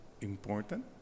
important